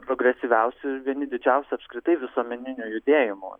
progresyviausių ir vieni didžiausių apskritai visuomeninių judėjimų